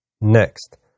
Next